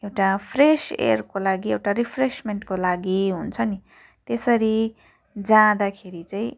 एउटा फ्रेस एयरको लागि एउटा रिफ्रेसमेन्टको लागि हुन्छ नि त्यसरी जाँदाखेरि चाहिँ